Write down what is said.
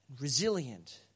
resilient